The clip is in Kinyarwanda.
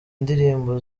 indirimbo